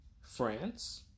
France